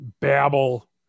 babble